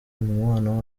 mubano